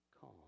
calm